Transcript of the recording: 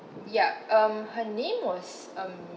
yup um her name was um